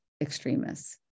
extremists